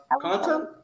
content